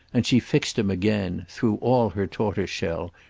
and she fixed him again, through all her tortoise-shell,